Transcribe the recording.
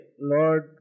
Lord